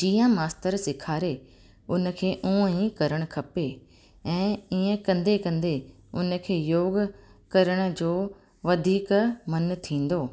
जीअं मास्तर सेखारे उन खे उहो ई करणु खपे ऐं ईअं कंदे कंदे उन खे योग करण जो वधीक मन थींदो